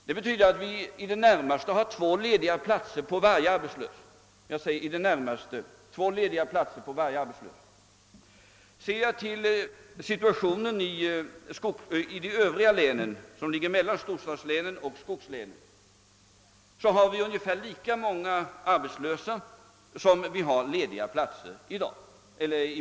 Det betyder att vi i det närmaste — jag säger i det närmaste — har två lediga platser på varje arbetslös. I de län som ligger mellan storstadslänen och skogslänen hade vi ungefär lika många lediga platser som arbetslösa.